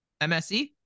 MSE